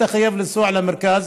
אתה חייב לנסוע למרכז,